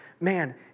man